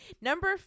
Number